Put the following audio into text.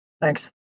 Thanks